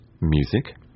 music